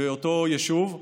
באותו יישוב.